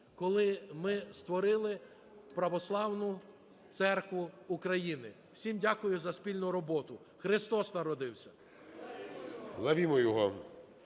коли ми створили Православну Церкву України. Всім дякую за спільну роботу. Христос народився! ГОЛОСИ ІЗ